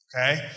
okay